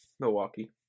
Milwaukee